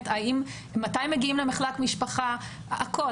מתי מגיעים למחלק משפחה - הכול.